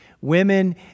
Women